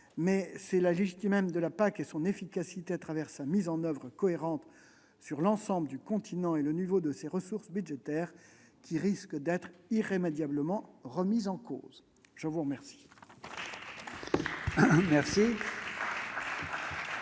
C'est la légitimité même de la PAC et son efficacité au travers d'une mise en oeuvre cohérente sur l'ensemble du continent et le niveau de ses ressources budgétaires qui risquent d'être irrémédiablement remises en cause. La parole